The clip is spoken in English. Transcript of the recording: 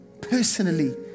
personally